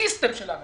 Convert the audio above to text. הסיסטם שלנו,